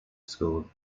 school